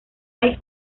hay